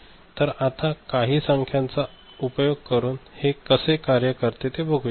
तर आता काही संख्याचा चा उपयोग करून हे कसे कार्य करते ते बघूया